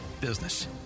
business